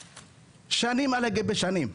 שנים על גבי שנים,